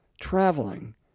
Traveling